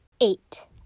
Eight